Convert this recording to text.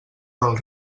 del